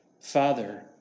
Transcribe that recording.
Father